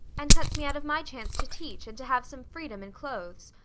and cuts me out of my chance to teach, and to have some freedom and clothes.